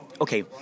Okay